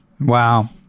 Wow